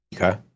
Okay